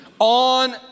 on